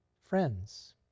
friends